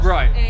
Right